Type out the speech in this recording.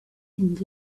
and